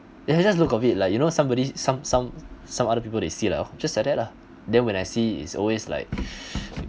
it has just look of it like you know somebody some some some other people they see like just like that lah then when I see is always like